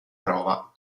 prova